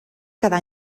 cada